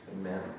Amen